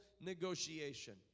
negotiation